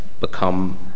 become